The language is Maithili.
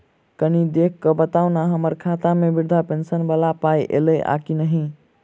कनि देख कऽ बताऊ न की हम्मर खाता मे वृद्धा पेंशन वला पाई ऐलई आ की नहि?